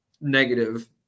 negative